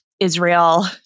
Israel